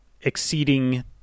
exceeding